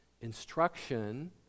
instruction